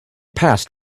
passed